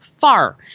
Far